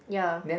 ya